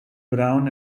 brown